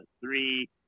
three